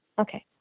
Okay